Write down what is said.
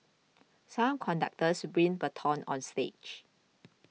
some conductors bring batons on stage